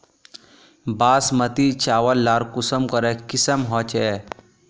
बासमती चावल लार कुंसम करे किसम होचए?